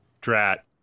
Drat